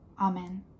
Amen